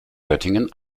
göttingen